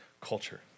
culture